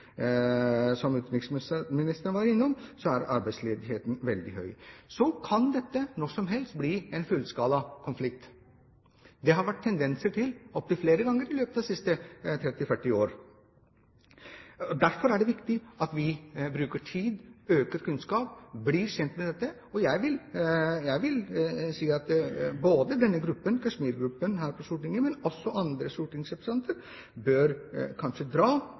Som utenriksministeren var innom, er arbeidsledigheten veldig høy. Dette kan når som helst bli en fullskala konflikt. Det har det vært tendenser til, opptil flere ganger i løpet av de siste 30–40 år. Derfor er det viktig at vi bruker tid, øker kunnskapen og blir kjent med dette. Jeg vil si at Kashmir-gruppen her på Stortinget og også andre stortingsrepresentanter kanskje bør dra